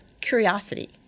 curiosity